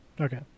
Okay